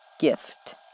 gift